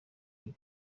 iri